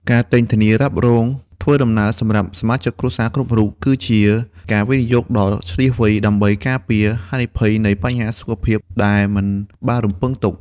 ការទិញធានារ៉ាប់រងធ្វើដំណើរសម្រាប់សមាជិកគ្រួសារគ្រប់រូប គឺជាការវិនិយោគដ៏ឈ្លាសវៃដើម្បីការពារហានិភ័យនៃបញ្ហាសុខភាពដែលមិនបានរំពឹងទុក។